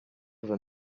were